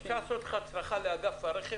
אפשר לעשות לך הצרחה לאגף הרכב?